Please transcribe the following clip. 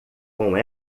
com